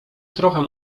trochę